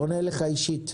אני פונה אליך אישית.